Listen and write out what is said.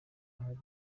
hari